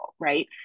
right